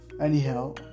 Anyhow